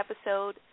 episode